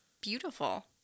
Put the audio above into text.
beautiful